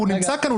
הוא נמצא כאן,